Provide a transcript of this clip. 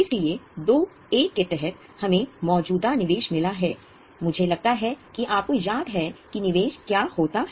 इसलिए 2 आविष्कार है